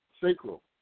Sacral